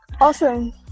Awesome